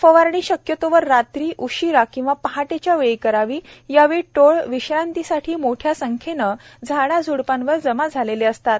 फवारणी शक्यतोवर रात्री उशीरा किंवा पहाटेच्या वेळी करावी यावेळी टोळ विश्रांतीसाठी मोठ्या संख्येने झाडाझ्डपांवर जमा झालेले असतात